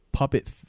Puppet